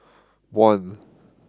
one